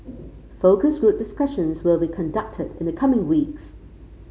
focus group discussions will be conducted in the coming weeks